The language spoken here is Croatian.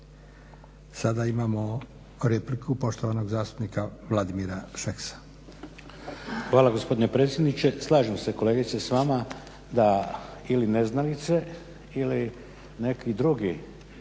Sada imamo repliku poštovanog zastupnika Vladimira Šeksa.